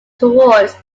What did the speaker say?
towards